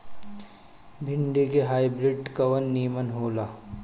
भिन्डी के हाइब्रिड कवन नीमन हो ला?